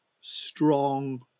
strong